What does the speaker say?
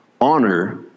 Honor